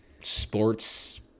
Sports